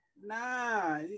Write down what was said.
nah